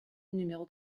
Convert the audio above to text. numéro